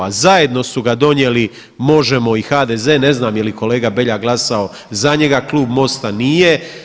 A zajedno su ga donijeli Možemo i HDZ, ne znam je li kolega Beljak glasao za njega, Klub MOST-a nije.